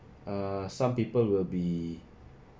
uh some people will be